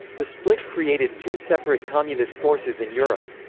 the split created two separate communist forces in europe.